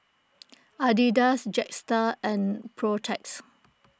Adidas Jetstar and Protex